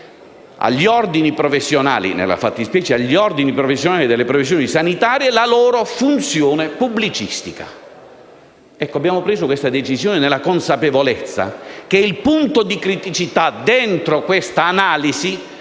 agli ordini professionali delle funzioni sanitarie - la loro funzione pubblicistica, abbiamo preso questa decisione nella consapevolezza che il punto di criticità di questa analisi